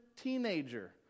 teenager